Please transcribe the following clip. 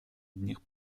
одних